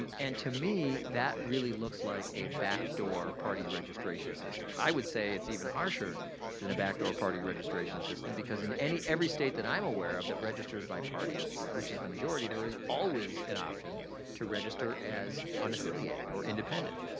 um and to me that really looks like a backdoor party registration system. i would say it's even harsher than a backdoor party registration system because in every state that i'm aware of that registers by party which is the majority, there is always an option to register as unaffiliated or independent.